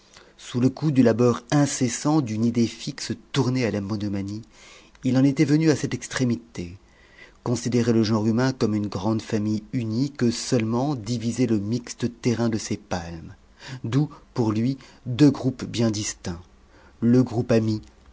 sous le coup du labeur incessant d'une idée fixe tournée à la monomanie il en était venu à cette extrémité considérer le genre humain comme une grande famille unie que seulement divisait le mixte terrain de ses palmes d'où pour lui deux groupes bien distincts le groupe ami